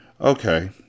Okay